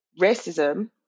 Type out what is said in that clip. racism